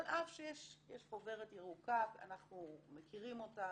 על אף שיש חוברת ירוקה אנחנו מכירים אותה,